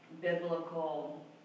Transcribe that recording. biblical